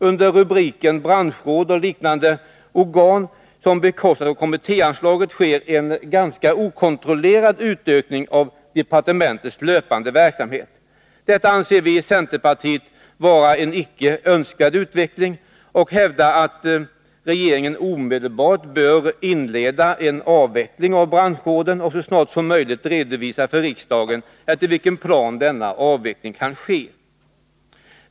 Under rubriken Branschråd och liknande organ som bekostas av kommittéanslaget sker en ganska okontrollerad utökning av departementets löpande verksamhet. Detta anser vi i centerpartiet vara en icke önskvärd utveckling och hävdar att regeringen omedelbart bör inleda en avveckling av branschråden och så snart som möjligt redovisa för riksdagen efter vilken plan denna avveckling kan ske.